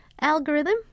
Algorithm